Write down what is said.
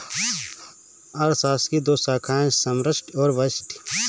अर्थशास्त्र की दो शाखाए है समष्टि और व्यष्टि